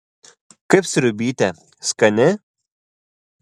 kaip sriubytė skani